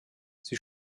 sie